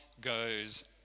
goes